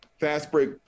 fast-break